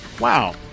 Wow